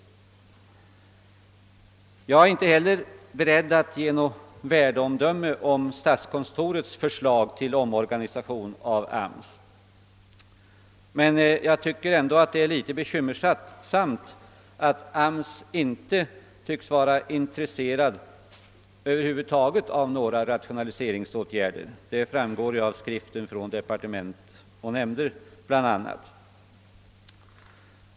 Jag är inte heller beredd att avge något värdeomdöme om statskontorets förslag till omorganisation av AMS, men jag tycker ändå att det är en smula bekymmersamt att AMS över huvud taget inte tycks vara intresserad av några rationaliseringsåtgärder. Det framgår bl.a. av tidskriften »Från departement och nämnder».